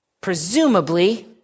Presumably